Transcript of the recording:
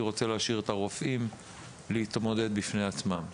רוצה להשאיר בו את הרופאים להתמודד בפני עצמם.